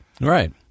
Right